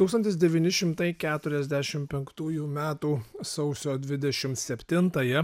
tūkstantis devyni šimtai keturiasdešim penktųjų metų sausio dvidešim septintąją